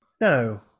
No